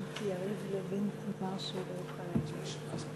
יריב לוין אמר שהוא לא יוכל להגיע.